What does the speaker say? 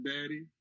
Daddy